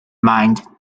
mind